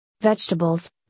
vegetables